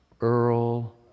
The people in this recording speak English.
Earl